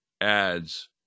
adds